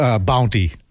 bounty